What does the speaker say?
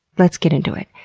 let's get into it.